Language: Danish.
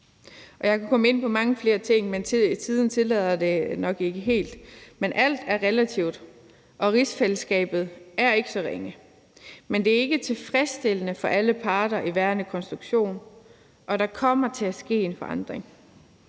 Jeg kan komme ind på mange flere ting, men tiden tillader det nok ikke helt. Alt er relativt, og rigsfællesskabet er ikke så ringe. Men det er ikke tilfredsstillende for alle parter i den nuværende konstruktion, og der kommer til at ske en forandring.